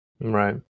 Right